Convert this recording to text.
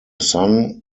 son